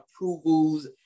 approvals